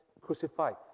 crucified